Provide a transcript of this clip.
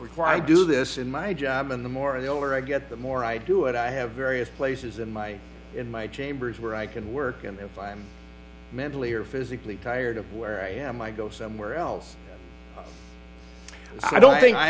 required to do this in my job and the more the older i get the more i do it i have various places in my in my chambers where i can work and if i'm mentally or physically tired of where i am i go somewhere else i don't think i